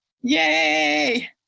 yay